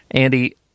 Andy